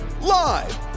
live